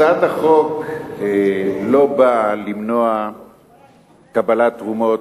הצעת החוק לא באה למנוע קבלת תרומות,